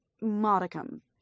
modicum